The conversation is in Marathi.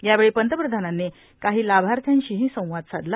यावेळी पंतप्रधानांनी काही लाभार्थ्यांशीही संवाद साधला